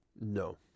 No